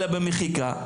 אלא במחיקה,